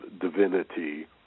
divinity